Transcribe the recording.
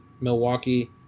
Milwaukee